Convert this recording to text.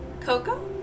coco